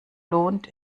lohnt